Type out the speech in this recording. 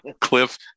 Cliff